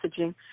messaging